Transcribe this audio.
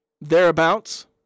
thereabouts